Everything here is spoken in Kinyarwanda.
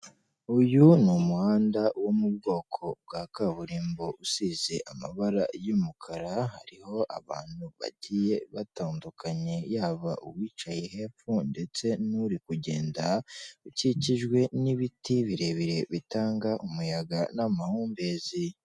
Uyu ni umuhanda wo mu bwoko bwa kaburimbo usize amabara y'umukara, hariho abantu bagiye batandukanye, yaba uwicaye hepfo ndetse n'uri kugenda. Ukikijwe n'ibiti birebire bitanga umuyaga n'amahumbezi.